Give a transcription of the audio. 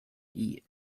eat